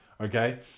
Okay